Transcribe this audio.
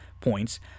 points